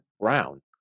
Brown